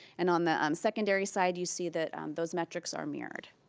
and on the um secondary side you see that those metrics are mirrored.